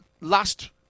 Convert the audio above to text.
last